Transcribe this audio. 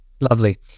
Lovely